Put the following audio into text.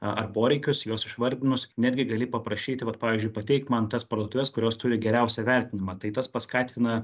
ar poreikius juos išvardinus netgi gali paprašyti vat pavyzdžiui pateik man tas parduotuves kurios turi geriausią įvertinimą tai tas paskatina